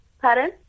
Pardon